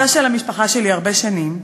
הוא חבר של המשפחה שלי הרבה שנים,